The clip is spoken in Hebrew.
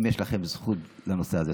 אם יש לכם זכות לנושא הזה.